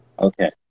Okay